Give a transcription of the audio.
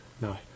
No